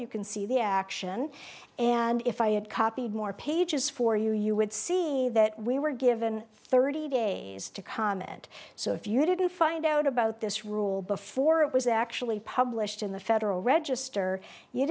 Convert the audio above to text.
you can see the action and if i had copied more pages for you you would see that we were given thirty days to comment so if you didn't find out about this rule before it was actually published in the federal register you